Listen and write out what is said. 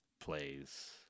plays